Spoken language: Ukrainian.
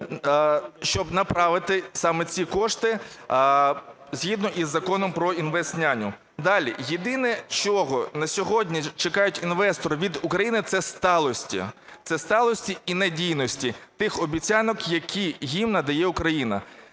щоб направити саме ці кошти згідно із Законом про "інвестняню". Далі. Єдине, чого на сьогодні чекають інвестори від України, – це сталості. Це сталості і надійності тих обіцянок, які їм надає Україна.